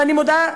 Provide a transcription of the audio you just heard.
ואני מודה,